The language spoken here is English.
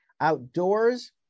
Outdoors